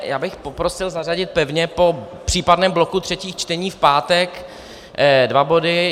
Já bych poprosil zařadit pevně po případném bloku třetích čtení v pátek dva body.